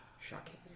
Shocking